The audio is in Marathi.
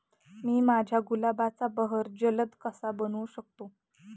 मी माझ्या गुलाबाचा बहर जलद कसा बनवू शकतो?